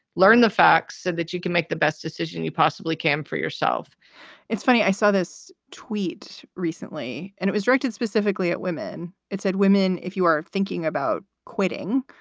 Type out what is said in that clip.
learn the facts so and that you can make the best decision you possibly can for yourself it's funny, i saw this tweet recently and it was directed specifically at women. it said, women, if you are thinking about quitting,